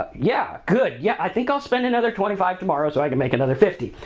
but yeah, good, yeah i think i'll spend another twenty five tomorrow so i can make another fifty.